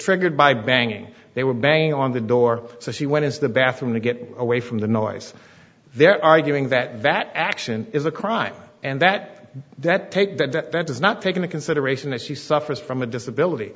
triggered by banging they were banging on the door so she went into the bathroom to get away from the noise they're arguing that that action is a crime and that that take does not take into consideration that she suffers from a disability